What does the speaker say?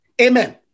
Amen